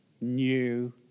new